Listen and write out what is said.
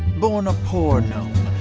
born a poor gnome,